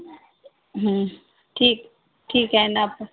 ठीक ठीक हे ना आता